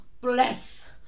bless